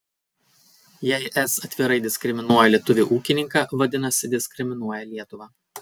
jei es atvirai diskriminuoja lietuvį ūkininką vadinasi diskriminuoja lietuvą